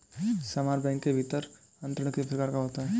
समान बैंक के भीतर अंतरण किस प्रकार का होता है?